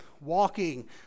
walking